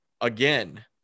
again